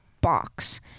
box